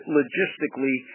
logistically